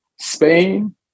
Spain